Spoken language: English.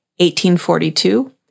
1842